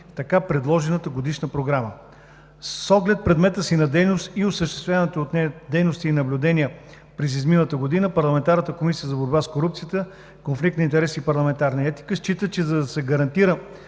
в предложената годишна програма. С оглед предмета си на дейност и осъществяваните от нея дейности и наблюдения през изминалата година Комисията за борба с корупцията, конфликт на интереси и парламентарна етика счита, че за да се гарантира